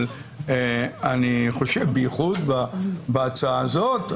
אבל אני חושב בייחוד בהצעה הזאת,